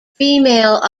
female